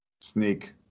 sneak